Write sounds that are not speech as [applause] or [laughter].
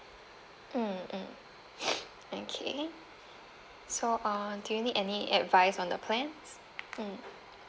mm mm [noise] okay so uh do you need any advice on the plans mm